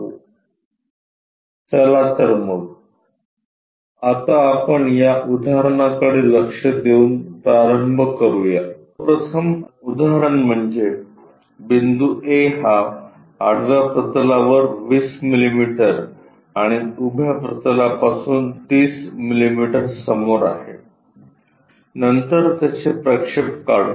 चला तर मग आता आपण या उदाहरणाकडे लक्ष देऊन प्रारंभ करूया प्रथम उदाहरण म्हणजे बिंदू A हा आडव्या प्रतलावर 20 मिलिमीटर आणि उभ्या प्रतलापासून 30 मिलिमीटर समोर आहे नंतर त्याचे प्रक्षेप काढू